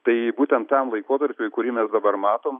tai būtent tam laikotarpiui kurį mes dabar matom